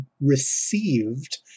received